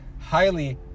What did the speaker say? highly